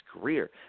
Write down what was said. career